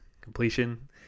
completion